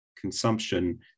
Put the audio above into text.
consumption